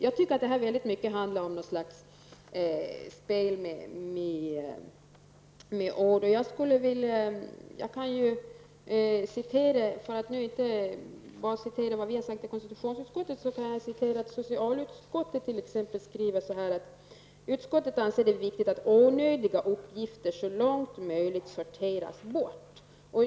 Jag tycker att det här väldigt mycket handlar om något slags lek med ord. För att inte bara citera vad vi har sagt i konstitutionsutskottet kan jag t.ex. citera att socialutskottet skriver: Utskottet anser det viktigt att onödiga uppgifter så långt möjligt sorteras bort.